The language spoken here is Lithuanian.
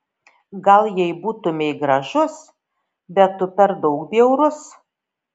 gal jei būtumei gražus bet tu per daug bjaurus